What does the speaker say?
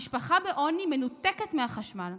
משפחה בעוני מנותקת מהחשמל.